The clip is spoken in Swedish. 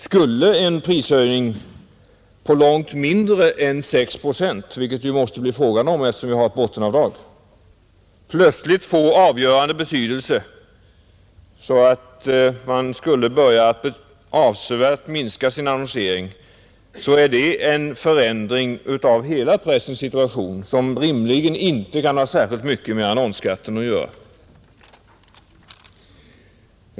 Skulle en prishöjning på långt mindre än 6 procent, vilket det ju måste bli fråga om eftersom vi har ett bottenavdrag, plötsligt få avgörande betydelse så att annonseringen skulle börja att minska avsevärt då är det en förändring av hela pressens situation som rimligen inte kan ha särskilt mycket med annonsskatten att göra.